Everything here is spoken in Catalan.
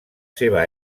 seva